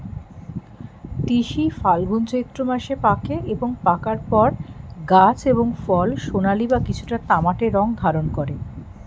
তিসি ফাল্গুন চৈত্র মাসে পাকে এবং পাকার পর গাছ এবং ফল সোনালী বা কিছুটা তামাটে রং ধারণ করে